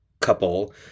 couple